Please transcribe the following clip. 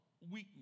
weakness